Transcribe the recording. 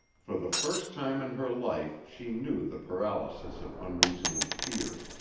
for the first time in her life she knew the paralysis of unreasoning fear.